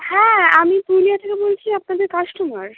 হ্যাঁ আমি পুরুলিয়া থেকে বলছি আপনাদের কাস্টমার